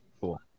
Cool